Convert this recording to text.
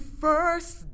first